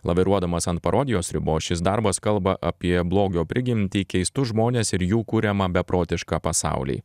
laviruodamas ant parodijos ribos šis darbas kalba apie blogio prigimtį keistus žmones ir jų kuriamą beprotišką pasaulį